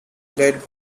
led